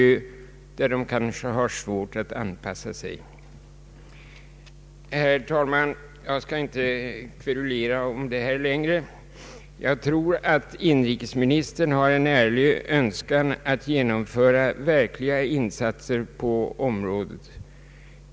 Därtill kommer att arbets kraften kanske har svårt att anpassa sig där. Herr talman! Jag skall inte kverulera om detta längre. Jag tror att inrikesministern har en ärlig önskan att genomföra verkliga insatser på detta område.